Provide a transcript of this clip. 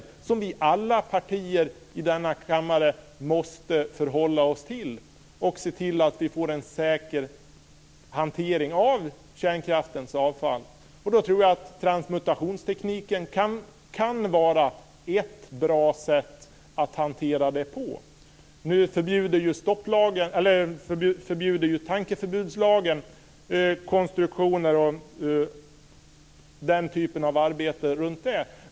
Det är en fråga som alla partier i denna kammare måste förhålla sig till för att se till att vi får en säker hantering av kärnkraftens avfall. Då tror jag att transmutationstekniken kan vara ett bra sätt att hantera det på. Nu förbjuder ju tankeförbudslagen konstruktioner och den typen av arbete kring detta.